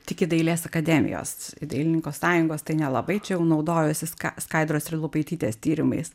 tik į dailės akademijos dailininko sąjungos tai nelabai čia jau naudojosi skai skaidros trilupaitytės tyrimais